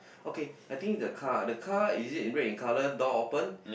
okay I think the car the car is it red in color door open